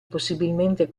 possibilmente